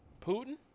Putin